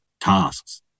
tasks